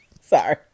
Sorry